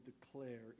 declare